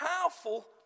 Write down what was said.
powerful